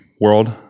world